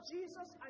Jesus